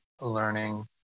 learning